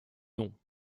non